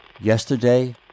Yesterday